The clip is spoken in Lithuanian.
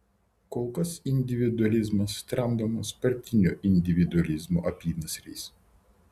kol kas individualizmas tramdomas partinio individualizmo apynasriais